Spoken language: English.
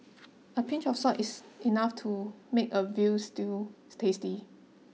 a pinch of salt is enough to make a veal stews tasty